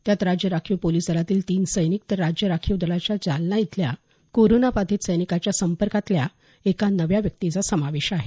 त्यात राज्य राखीव पोलीस दलातील तीन सैनिक तर राज्य राखीव दलाच्या जालना इथल्या कोरोनाबाधित सैनिकाच्या संपर्कातल्या नव्या एका व्यक्तीचा समावेश आहे